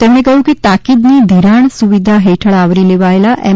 તેમણે કહ્યું કે તાકીદની ધિરાણ સુવિધા હેઠળ આવરી લેવાયેલા એમ